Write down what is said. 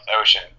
Ocean